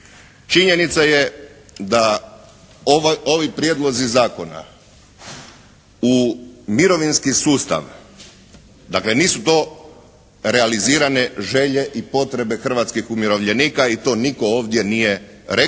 Činjenica je da ovi prijedlozi zakona u mirovinski sustav, dakle nisu to realizirane želje i potrebe hrvatskih umirovljenika i to nitko ovdje nije rekao